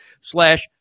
slash